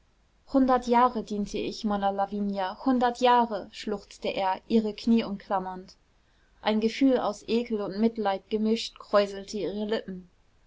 hundert jahre diente ich monna lavinia hundert jahre schluchzte er ihre knie umklammernd ein gefühl aus ekel und mitleid gemischt kräuselte ihre lippen